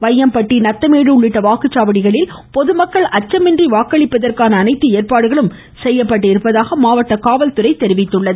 வையம்பட்டி நத்தமேடு உள்ளிட்ட வாக்குச்சாவடிகளில் பொதுமக்கள் அச்சமின்றி வாக்களிப்பதற்கான அனைத்து ஏற்பாடுகளும் செய்யப்பட்டுள்ளதாக மாவட்ட காவல் துறை தெரிவித்துள்ளது